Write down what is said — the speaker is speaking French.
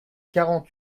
quarante